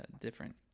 different